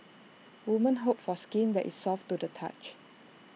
woman hope for skin that is soft to the touch